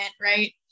right